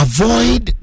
Avoid